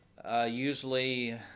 Usually